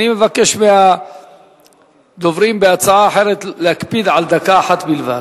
אני מבקש מהדוברים בהצעה אחרת להקפיד על דקה אחת בלבד.